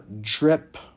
drip